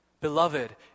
Beloved